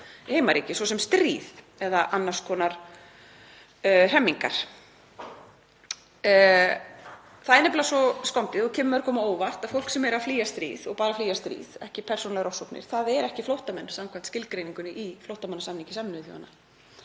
í heimaríki, svo sem stríð eða annars konar hremmingar. Það er nefnilega svo skondið og kemur mörgum á óvart að fólk sem er að flýja stríð og bara stríð, ekki persónulegar ofsóknir, er ekki flóttamenn samkvæmt skilgreiningunni í flóttamannasamningi Sameinuðu þjóðanna.